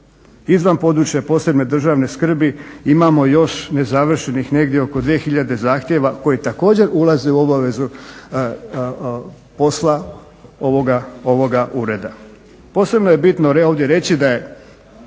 Izvan područja posebne državne skrbi imamo još nezavršenih negdje oko 2 hiljade zahtjeva koji također ulaze u obavezu posla ovoga ureda. Posebno je bitno ovdje reći da je